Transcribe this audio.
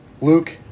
Luke